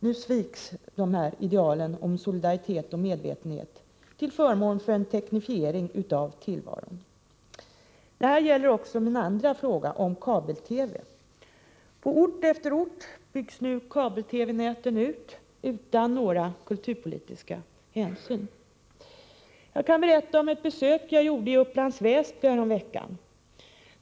Nu sviks idealen i fråga om solidaritet och medvetenhet till förmån för en teknifiering av tillvaron. Detta gäller också min andra fråga, om kabel-TV. På ort efter ort byggs nu kabel-TV-nätet ut, utan några kulturpolitiska hänsyn. Jag kan berätta om ett besök som jag gjorde i Upplands Väsby häromveckan.